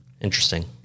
Interesting